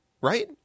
right